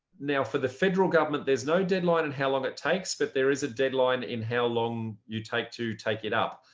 now for the federal government, there's no deadline and how long it takes, but there is a deadline in how long you take to take it up.